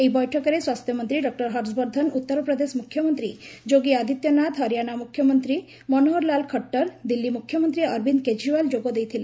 ଏହି ବୈଠକରେ ସ୍ୱାସ୍ଥ୍ୟ ମନ୍ତ୍ରୀ ଡକ୍ଟର ହର୍ଷବର୍ଦ୍ଧନ ଉତ୍ତର ପ୍ରଦେଶ ମୁଖ୍ୟମନ୍ତ୍ରୀ ଯୋଗୀ ଆଦିତ୍ୟନାଥ ହରିୟାଣା ମୁଖ୍ୟମନ୍ତ୍ରୀ ମନୋହରଲାଲ ଖଟର୍ ଦିଲ୍ଲୀ ମୁଖ୍ୟମନ୍ତ୍ରୀ ଅରବିନ୍ଦ କେଜରିଓ୍ବାଲ୍ ଯୋଗ ଦେଇଥିଲେ